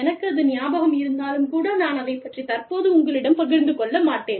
எனக்கு அது நியாபகம் இருந்தாலும் கூட நான் அதைப் பற்றி தற்போது உங்களிடம் பகிர்ந்து கொள்ள மாட்டேன்